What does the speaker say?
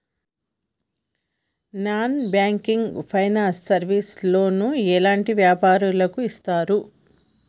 Non banking finance service లో loan ఎలాంటి వ్యాపారులకు ఇస్తరు?